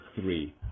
three